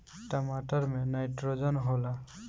टमाटर मे नाइट्रोजन होला?